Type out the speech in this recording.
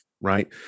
right